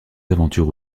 aventures